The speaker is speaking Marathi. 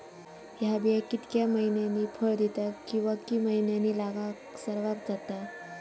हया बिया कितक्या मैन्यानी फळ दिता कीवा की मैन्यानी लागाक सर्वात जाता?